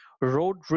road